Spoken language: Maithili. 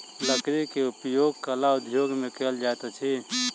लकड़ी के उपयोग कला उद्योग में कयल जाइत अछि